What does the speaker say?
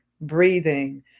breathing